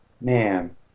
man